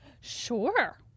Sure